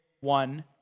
one